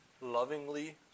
lovingly